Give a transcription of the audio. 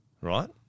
right